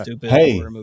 Hey